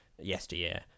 yesteryear